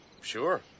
Sure